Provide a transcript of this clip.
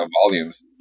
volumes